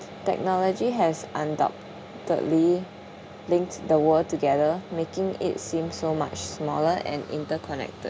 technology has undoubtedly linked the world together making it seem so much smaller and interconnected